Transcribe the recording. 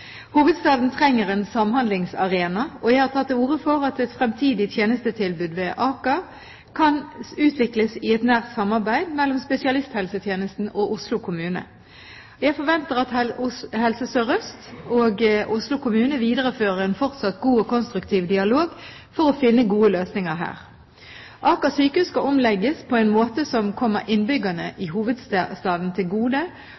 Hovedstaden trenger en samhandlingsarena, og jeg har tatt til orde for at et fremtidig tjenestetilbud ved Aker sykehus kan utvikles i et nært samarbeid mellom spesialisthelsetjenesten og Oslo kommune. Jeg forventer at Helse Sør-Øst og Oslo kommune viderefører en fortsatt god og konstruktiv dialog for å finne gode løsninger her. Aker sykehus skal omlegges på en måte som kommer innbyggerne i hovedstaden til gode,